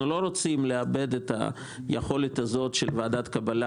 לא רוצים לאבד את היכולת של ועדת קבלה,